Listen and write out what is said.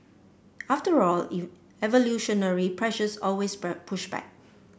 after all evolutionary pressures always push back